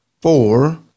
four